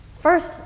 First